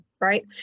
right